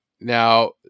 Now